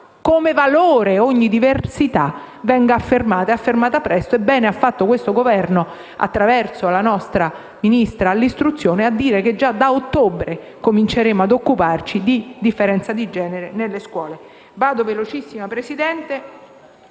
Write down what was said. come valore ogni diversità, venga affermata presto. Bene ha fatto questo Governo, attraverso la nostra Ministra dell'istruzione, a dire che già da ottobre cominceremo a occuparci di differenza di genere nelle scuole. Concludo velocemente, signor Presidente,